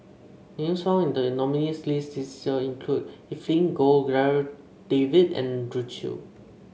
names found in the nominees' list this year include Evelyn Goh Darryl David and Andrew Chew